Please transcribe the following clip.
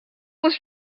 was